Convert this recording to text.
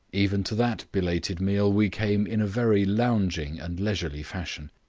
even to that belated meal we came in a very lounging and leisurely fashion.